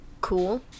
Cool